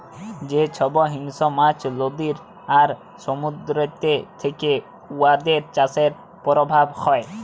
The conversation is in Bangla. যে ছব হিংস্র মাছ লদী আর সমুদ্দুরেতে থ্যাকে উয়াদের চাষের পরভাব হ্যয়